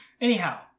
Anyhow